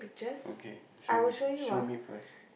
okay show me show me first